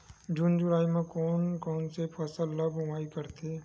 जून जुलाई म कोन कौन से फसल ल बोआई करथे?